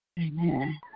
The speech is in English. Amen